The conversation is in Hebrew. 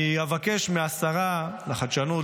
אני אבקש מהשרה לחדשנות,